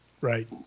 Right